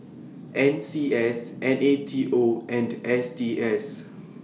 N C S N A T O and S T S